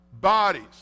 Bodies